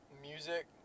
music